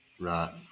Right